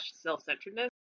self-centeredness